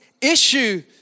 issue